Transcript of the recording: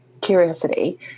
curiosity